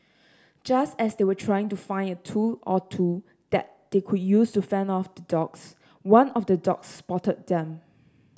just as they were trying to find a tool or two that they could use to fend off the dogs one of the dogs spotted them